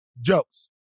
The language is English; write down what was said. Jokes